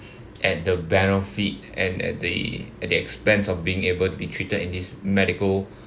at the benefit and at the at the expense of being able to be treated in this medical